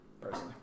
Personally